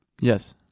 Yes